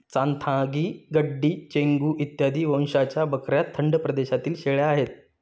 चांथागी, गड्डी, चेंगू इत्यादी वंशाच्या बकऱ्या थंड प्रदेशातील शेळ्या आहेत